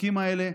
בתיקים האלה.